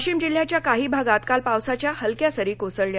वाशिम जिल्ह्याच्या काही भागात काल पावसाच्या हलक्या सरी कोसळल्या